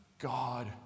God